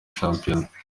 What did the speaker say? shampiyona